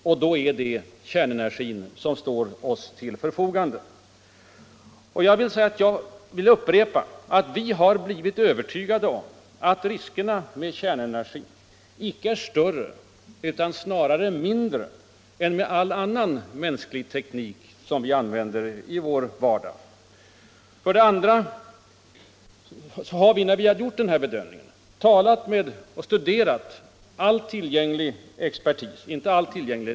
Och då står bara kärnkraften till förfogande. Jag vill upprepa att vi har blivit övertygade om att riskerna med kärnenergin icke är större utan snarare mindre än med all annan mänsklig teknik som vi använder i vår vardag. Innan vi kommit dithän har vi studerat vad expertisen sagt.